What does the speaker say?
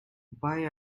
buy